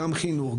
גם חינוך,